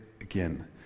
again